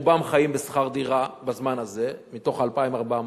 רובם חיים בשכר דירה בזמן הזה, מתוך ה-2,400,